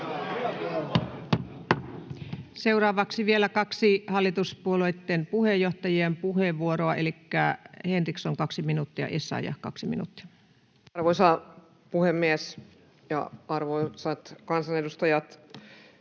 Seuraavaksi vielä kaksi hallituspuolueitten puheenjohtajien puheenvuoroa: elikkä Henriksson kaksi minuuttia, Essayah kaksi minuuttia. A rvoisa puhemies! Arvoisat kansanedustajat!